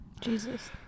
Jesus